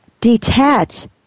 detach